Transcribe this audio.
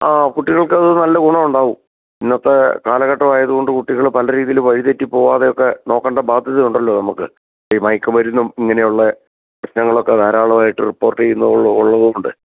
ആ കുട്ടികൾക്കത് നല്ല ഗുണം ഉണ്ടാകും ഇന്നത്തെ കാലഘട്ടം ആയതുകൊണ്ട് കുട്ടികൾ പല രീതിയിൽ വഴിതെറ്റി പോകാതെ ഒക്കെ നോക്കേണ്ട ബാധ്യത ഉണ്ടല്ലോ നമുക്ക് ഈ മയക്കുമരുന്നും ഇങ്ങനെയുള്ള പ്രശ്നങ്ങളൊക്കെ ധാരാളമായിട്ട് റിപ്പോർട്ട് ചെയ്യുന്നത് ഉള്ള ഉള്ളത്കൊണ്ട്